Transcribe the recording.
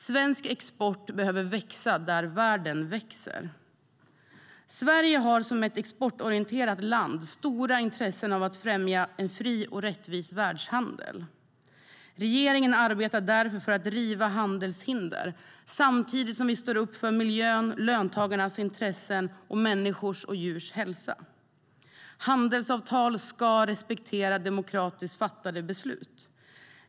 Svensk export behöver växa där världen växer. Sverige har som ett exportorienterat land stora intressen av att främja en fri och rättvis världshandel. Regeringen arbetar därför för att riva handelshinder. Samtidigt står vi upp för miljön, löntagarnas intressen och människors och djurs hälsa. Handelsavtal ska respektera demokratiskt fattade beslut.